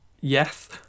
Yes